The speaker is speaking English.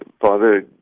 Father